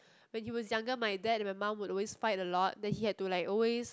when he was younger my dad and my mum would always fight a lot then he had to like always